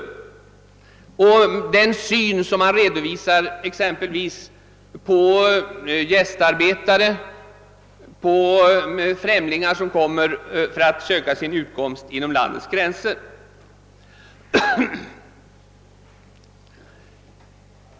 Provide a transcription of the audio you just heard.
Speciellt lägger man märke till den syn man har på exempelvis gästarbetare — främlingar som kommer för att söka sin utkomst inom landets gränser.